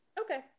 Okay